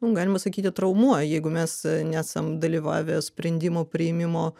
nu galima sakyti traumuoja jeigu mes nesam dalyvavę sprendimų priėmimo